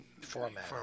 Format